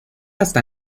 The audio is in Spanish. hasta